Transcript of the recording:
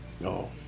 No